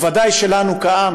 בוודאי שלנו כעם